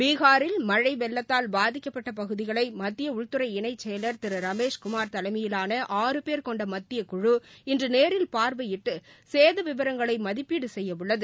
பீகாரில் மழை வெள்ளத்தால் பாதிக்கப்பட்ட பகுதிகளை மத்திய உள்துறை இணைச்செயல் திரு ரமேஷ்குமார் தலைமையிலாள ஆறு பேர் கொண்ட மத்தியக் குழு இன்று நேரில் பார்வையிட்டு சேத விவரங்களை மதிப்பீடு செய்யவுள்ளது